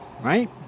right